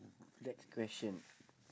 next question